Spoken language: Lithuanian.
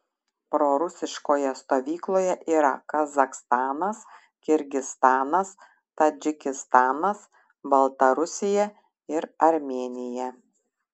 prorusiškoje stovykloje yra kazachstanas kirgizstanas tadžikistanas baltarusija ir armėnija